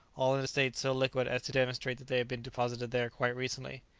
all in a state so liquid as to demonstrate that they had been deposited there quite recently.